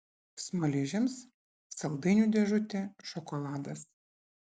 smaližiams saldainių dėžutė šokoladas